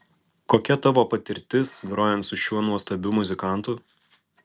kokia tavo patirtis grojant su šiuo nuostabiu muzikantu